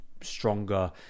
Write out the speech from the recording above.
stronger